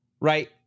Right